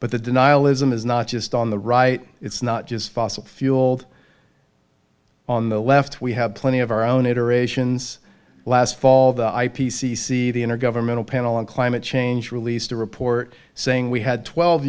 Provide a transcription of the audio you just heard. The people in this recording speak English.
but the denialism is not just on the right it's not just fossil fueled on the left we have plenty of our own iterations last fall the i p c c the intergovernmental panel on climate change released a report saying we had twelve